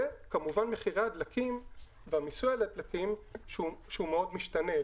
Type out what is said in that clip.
וכמובן מחירי הדלקים והמיסוי על הדלקים שהוא מאוד משתנה.